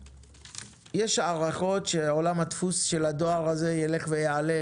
יש הערכות שעולם הדפוס של הדואר הזה ילך וייעלם,